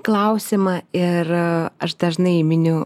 klausimą ir aš dažnai miniu